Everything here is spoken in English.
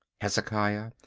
hezekiah,